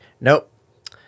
nope